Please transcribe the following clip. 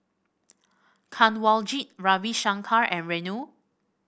Kanwaljit Ravi Shankar and Renu